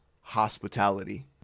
hospitality